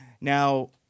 Now